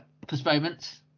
postponements